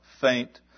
faint